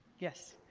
yes.